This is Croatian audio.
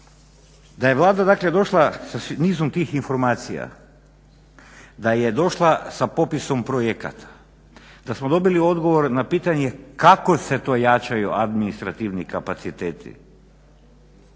Da je Vlada dakle došla sa nizom tih informacija, da je došla sa popisom projekata, da smo dobili odgovor na pitanje kako se to jačaju administrativni kapaciteti